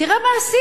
תראה מה עשית,